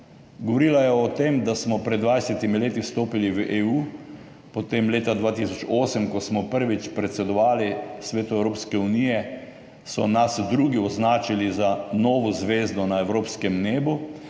Govorila je o tem, da smo pred 20 leti vstopili v EU, potem leta 2008, ko smo prvič predsedovali Svetu Evropske unije, so nas drugi označili za novo zvezdo na evropskem nebu